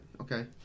okay